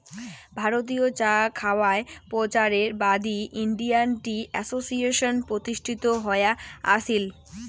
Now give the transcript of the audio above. ভারতীয় চা খাওয়ায় প্রচারের বাদী ইন্ডিয়ান টি অ্যাসোসিয়েশন প্রতিষ্ঠিত হয়া আছিল